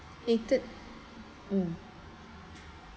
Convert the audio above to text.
hated mm